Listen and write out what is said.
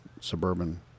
suburban